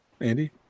andy